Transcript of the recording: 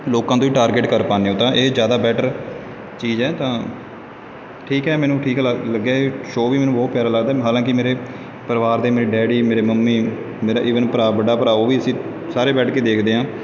ਲੋਕਾਂ ਤੋਂ ਇਹ ਟਾਰਗੇਟ ਕਰ ਪਾਉਂਦੇ ਹੋ ਤਾਂ ਇਹ ਜ਼ਿਆਦਾ ਬੈਟਰ ਚੀਜ਼ ਹੈ ਤਾਂ ਠੀਕ ਹੈ ਮੈਨੂੰ ਠੀਕ ਲੱਗ ਲੱਗਿਆ ਇਹ ਸ਼ੋ ਵੀ ਮੈਨੂੰ ਬਹੁਤ ਪਿਆਰਾ ਲੱਗਦਾ ਹਾਲਾਂਕਿ ਮੇਰੇ ਪਰਿਵਾਰ ਦੇ ਮੇਰੇ ਡੈਡੀ ਮੇਰੇ ਮੰਮੀ ਮੇਰਾ ਏਵਨ ਮੇਰਾ ਭਰਾ ਵੱਡਾ ਭਰਾ ਉਹ ਵੀ ਅਸੀਂ ਸਾਰੇ ਬੈਠ ਕੇ ਦੇਖਦੇ ਹਾਂ